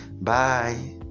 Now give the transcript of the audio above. Bye